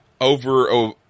over